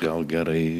gal gerai